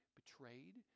betrayed